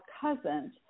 cousin